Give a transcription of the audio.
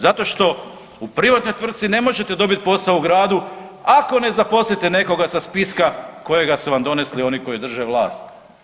Zato što u privatnoj tvrtci ne možete dobiti posao u gradu, ako ne zaposlite nekoga sa spiska kojega su vam donesli oni koji drže vlast.